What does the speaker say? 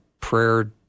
prayer